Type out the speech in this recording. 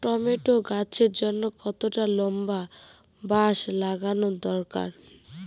Tomato গাছের জন্যে কতটা লম্বা বাস লাগানো দরকার?